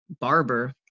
Barber